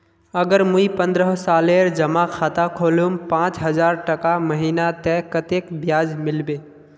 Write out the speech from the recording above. अगर मुई पन्द्रोह सालेर जमा खाता खोलूम पाँच हजारटका महीना ते कतेक ब्याज मिलबे?